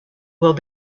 will